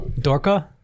dorka